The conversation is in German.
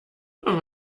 warum